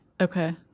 Okay